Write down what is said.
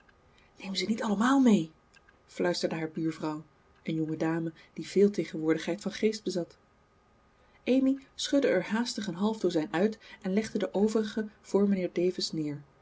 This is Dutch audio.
neem ze niet allemaal mee fluisterde haar buurvrouw een jonge dame die veel tegenwoordigheid van geest bezat amy schudde er haastig een half dozijn uit en legde de overige voor mijnheer davis neer